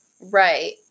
Right